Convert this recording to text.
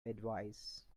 advice